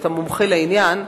ואתה מומחה לעניין,